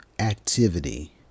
activity